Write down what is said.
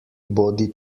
bodi